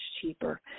cheaper